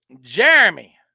Jeremy